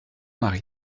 mari